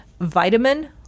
vitamin